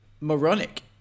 moronic